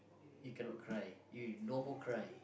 you cannot cry you no more cry